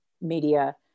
media